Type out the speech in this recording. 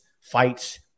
fights